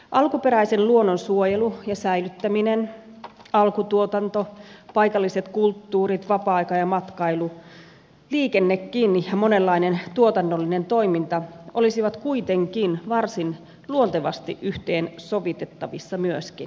alkuperäisen luonnon suojelu ja säilyttäminen alkutuotanto paikalliset kulttuurit vapaa aika ja matkailu liikennekin ja monenlainen tuotannollinen toiminta olisivat kuitenkin varsin luontevasti yhteensovitettavissa myöskin